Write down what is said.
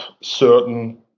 certain